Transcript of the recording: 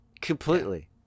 completely